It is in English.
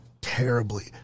terribly